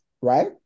right